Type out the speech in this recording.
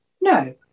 No